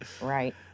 Right